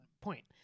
point